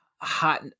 hot